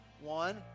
One